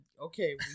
okay